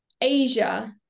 Asia